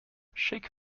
shake